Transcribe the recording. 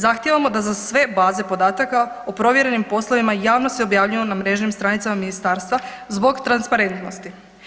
Zahtijevamo da za sve baze podataka o provjerenim poslovima javno se objavljuju na mrežnim stranicama Ministarstva zbog transparentnosti.